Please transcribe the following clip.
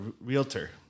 realtor